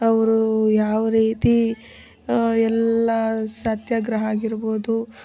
ಅವರು ಯಾವ ರೀತಿ ಎಲ್ಲ ಸತ್ಯಾಗ್ರಹ ಆಗಿರ್ಬೋದು